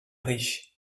riche